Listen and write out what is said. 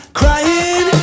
crying